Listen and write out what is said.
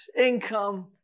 income